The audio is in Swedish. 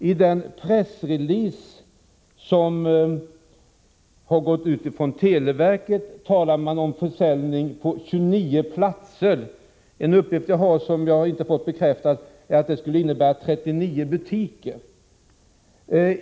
I den pressrelease som har gått ut från televerket talar man om försäljning på 29 platser — en uppgift som jag emellertid inte fått bekräftad säger att det skulle innebära 39 butiker.